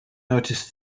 notice